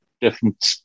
Different